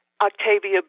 Octavia